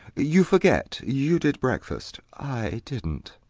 you forget, you did breakfast, i didn't.